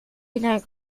wieder